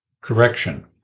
Correction